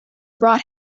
brought